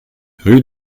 rue